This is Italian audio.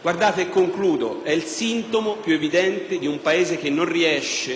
Guardate - e concludo - questo è il sintomo più evidente di un Paese che non riesce